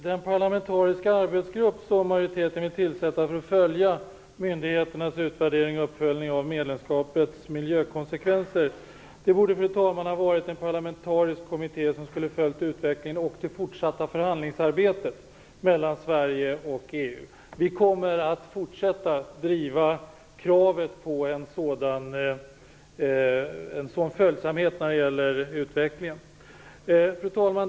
Fru talman! Den arbetsgrupp som majoriteten vill tillsätta för att följa myndigheternas utvärdering och uppföljning av medlemskapets miljökonsekvenser borde ha varit parlamentarisk. En parlamentarisk kommitté skulle ha följt utvecklingen och det fortsatta förhandlingsarbetet mellan Sverige och EU. Vi kommer att fortsätta att driva kravet på en sådan följsamhet när det gäller utvecklingen. Fru talman!